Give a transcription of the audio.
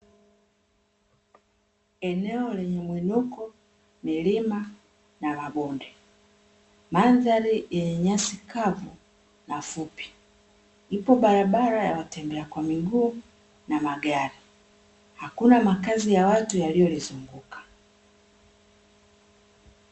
Eneo lenye mwinuko, milima na mabonde madhari yenye nyasi kavu na fupi. Ipo barabara ya watembea kwa miguu na magari, hakuna makazi ya watu yaliolizunguka .